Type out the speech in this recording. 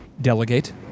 delegate